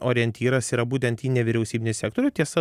orientyras yra būtent į nevyriausybinį sektorių tiesa